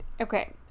Okay